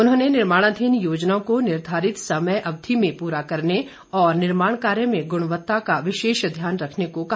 उन्होंने निर्माणाधीन योजनाओं को निर्धारित समय अवधि में पूरा करने और निर्माण कार्य में गुणवत्ता का विशेष ध्यान रखने को कहा